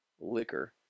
liquor